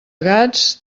gats